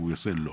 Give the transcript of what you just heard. לא.